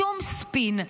שום ספין,